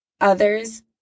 others